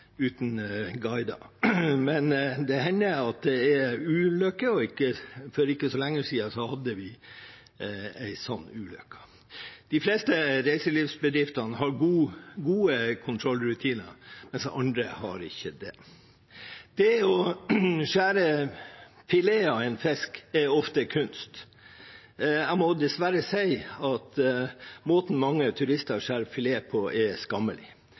uten guider, men det hender at det er ulykker, og for ikke så lenge siden hadde vi en sånn ulykke. De fleste reiselivsbedriftene har gode kontrollrutiner, mens andre ikke har det. Å skjære fileter av en fisk er ofte en kunst. Jeg må dessverre si at måten mange turister skjærer fileter på, er skammelig.